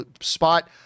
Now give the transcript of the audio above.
spot